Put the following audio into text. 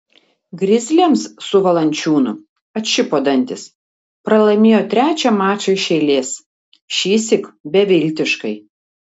grizliams su valančiūnu atšipo dantys pralaimėjo trečią mačą iš eilės šįsyk beviltiškai